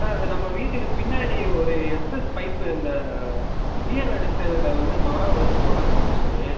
sir இந்த நம் வீட்டுக்கு பின்னாடி ஒரு எஸ்எஸ் பைப் இந்த புயல் அடிச்சதில் வந்து மரம் விழுந்து உடஞ்சு போச்சு